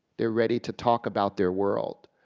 they're ready to talk about their world.